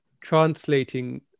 translating